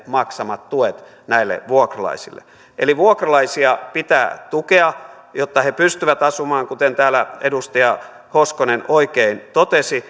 maksamat tuet näille vuokralaisille eli vuokralaisia pitää tukea jotta he pystyvät asumaan kuten täällä edustaja hoskonen oikein totesi